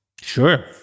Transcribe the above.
Sure